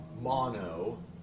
mono